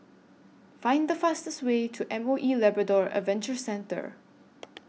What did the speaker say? Find The fastest Way to M O E Labrador Adventure Centre